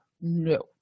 no